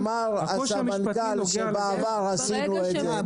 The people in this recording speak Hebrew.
אמר הסמנכ"ל שבעבר עשינו את זה.